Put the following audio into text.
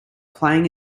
playing